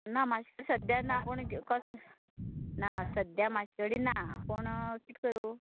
ना म्हाजे कडेन सद्या ना पूण कसलें ना सद्या म्हाजे कडेन ना पूण कित करूं